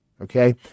okay